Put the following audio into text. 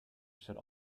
should